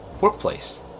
workplace